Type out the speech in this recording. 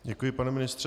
Děkuji, pane ministře.